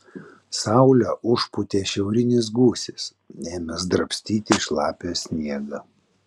saulę užpūtė šiaurinis gūsis ėmęs drabstyti šlapią sniegą